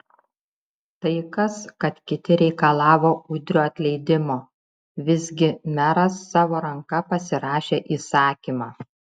tai kas kad kiti reikalavo udrio atleidimo visgi meras savo ranka pasirašė įsakymą